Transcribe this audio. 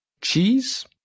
Cheese